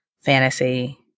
fantasy